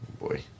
Boy